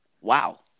Wow